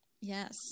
yes